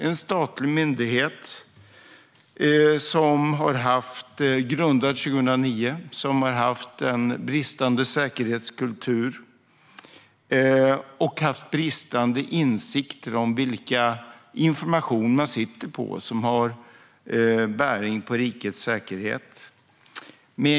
En statlig myndighet grundad 2009 har haft en bristande säkerhetskultur och bristande insikter om vilken information med bäring på rikets säkerhet som man sitter på.